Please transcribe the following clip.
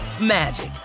magic